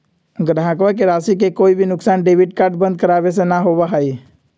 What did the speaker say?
ग्राहकवन के राशि के कोई भी नुकसान डेबिट कार्ड बंद करावे से ना होबा हई